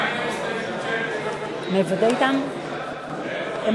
השתתפות בקרנות וארגוני), לשנת הכספים 2014, לא